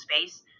space